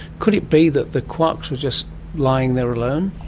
could it be that the quarks were just lying there alone?